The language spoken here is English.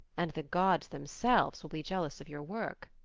and the gods themselves will be jealous of your work.